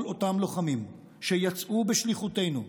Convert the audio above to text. כל אותם לוחמים שיצאו בשליחותנו,